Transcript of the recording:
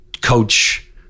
coach